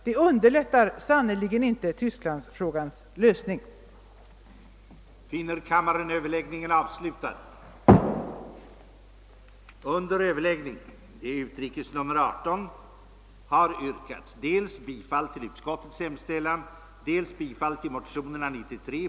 Detta underlättar sannerligen inte Tysklandsfrågans lösning utan tvärtom.